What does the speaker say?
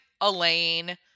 Elaine